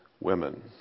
women